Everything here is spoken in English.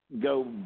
go